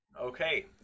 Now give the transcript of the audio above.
Okay